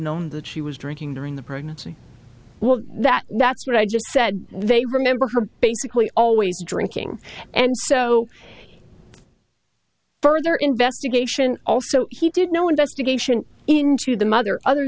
known that she was drinking during the pregnancy well that that's what i just said they remember her basically always drinking and so further investigation also he did no investigation into the mother other